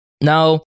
Now